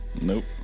Nope